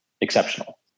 exceptional